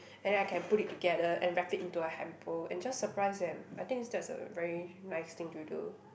and then I can put it together and wrap it into a hamper and just surprise them I think that's a very nice thing to do